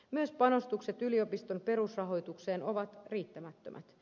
myös panostukset yliopistojen perusrahoitukseen ovat riittämättömät